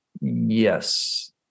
yes